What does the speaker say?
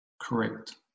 correct